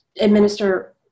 administer